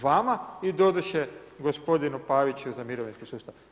Vama i doduše gospodinu Paviću za mirovinski sustav.